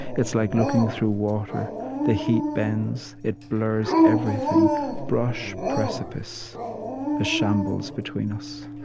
it's like looking through water the heat bends, it blurs everything brush, precipice a shambles between us.